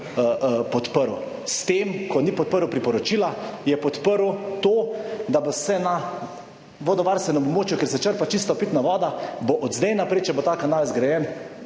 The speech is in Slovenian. S tem, ko ni podprl priporočila, je podprl to, da bo se na vodovarstvenem območju, kjer se črpa čista pitna voda bo od zdaj naprej, če bo ta kanal zgrajen,